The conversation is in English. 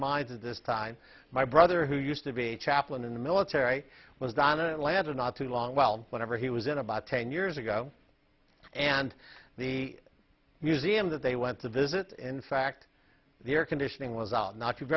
minds at this time my brother who used to be a chaplain in the military was done in atlanta not too long well whatever he was in about ten years ago and the museum that they went to visit in fact the air conditioning was out not you've